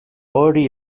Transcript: hori